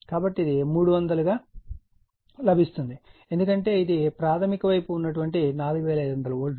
కాబట్టి ఇది 300 గా లబిస్తుంది ఎందుకంటే ఇది ప్రాధమిక వైపు ఉన్న4500 వోల్ట్